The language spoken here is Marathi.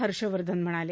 हर्षवर्धन म्हणाले